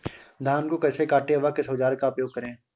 धान को कैसे काटे व किस औजार का उपयोग करें?